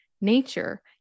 nature